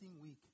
week